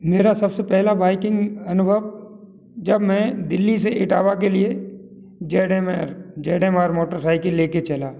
मेरा सब से पहला बाइकिंग अनुभव जब मैं दिल्ली से इटावा के लिए Z M F Z M R motorcycle ले कर चला